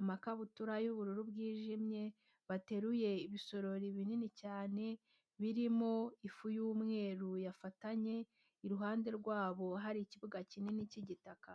amakabutura y'ubururu bwijimye, bateruye ibisorori binini cyane birimo ifu y'umweru yafatanye, iruhande rwabo hari ikibuga kinini cy'igitaka.